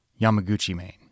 Yamaguchi-main